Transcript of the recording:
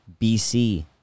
BC